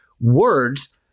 Words